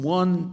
one